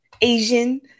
Asian